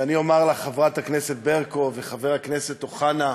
ואני אומר לחברת הכנסת ברקו ולחבר הכנסת אוחנה: